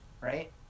right